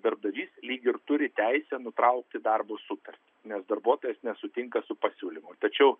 darbdavys lyg ir turi teisę nutraukti darbo sutartį nes darbuotojas nesutinka su pasiūlymu tačiau